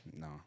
No